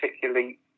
particularly